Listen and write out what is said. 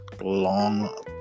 long